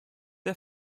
der